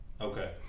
Okay